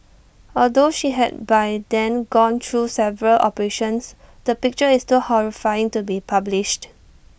although she had by then gone through several operations the picture is too horrifying to be published